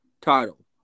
title